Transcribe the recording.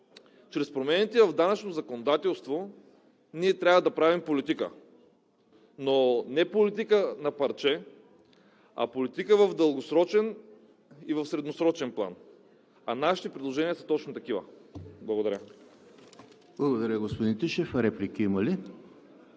Чрез промените в данъчното законодателство ние трябва да правим политика, но не политика на парче, а политика в дългосрочен и в средносрочен план и нашите предложения са точно такива. Благодаря. ПРЕДСЕДАТЕЛ ЕМИЛ ХРИСТОВ: Благодаря, господин Тишев. Реплики има ли?